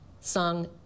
sung